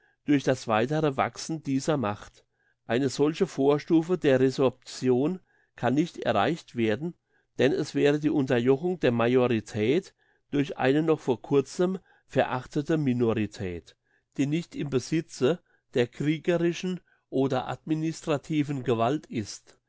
durch das weitere wachsen dieser macht eine solche vorstufe der resorption kann nicht erreicht werden denn es wäre die unterjochung der majorität durch eine noch vor kurzem verachtete minorität die nicht im besitze der kriegerischen oder administrativen gewalt ist